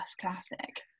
classic